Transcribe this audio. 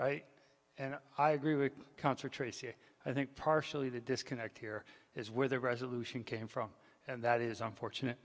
right and i agree with concert tracy i think partially the disconnect here is where the resolution came from and that is unfortunate